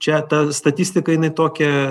čia ta statistika jinai tokia